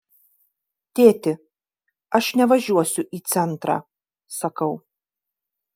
tėti aš nevažiuosiu į centrą sakau